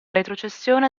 retrocessione